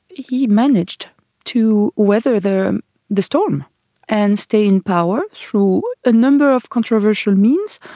he managed to weather the the storm and stay in power through a number of controversial means,